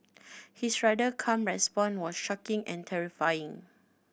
his rather calm response was shocking and terrifying